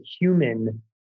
human